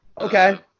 Okay